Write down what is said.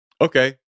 okay